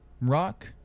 Rock